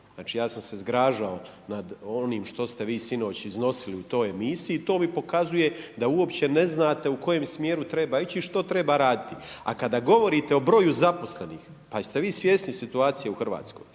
Znači ja sam se zgražao nad onim što ste vi sinoć iznosili u toj emisiji i to mi pokazuje da uopće ne znate u kojem smjeru treba ići i što treba raditi. A kada govorite o broju zaposlenih, pa jeste vi svjesni situacije u Hrvatskoj?